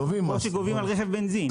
כמו שגובים על רכב בנזין.